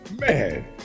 Man